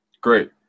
great